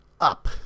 up